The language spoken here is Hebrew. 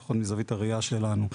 לפחות מזווית הראייה שלנו.